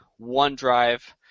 OneDrive –